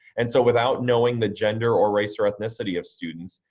and so without knowing the gender or race or ethnicity of students,